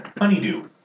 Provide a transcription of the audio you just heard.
Honeydew